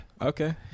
Okay